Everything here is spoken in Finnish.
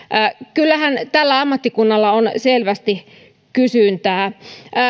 kyllähän tällä ammattikunnalla on selvästi kysyntää